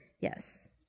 Yes